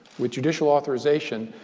with judicial authorization,